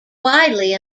widely